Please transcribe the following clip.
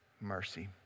mercy